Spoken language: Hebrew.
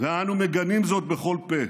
ואנו מגנים זאת בכל פה.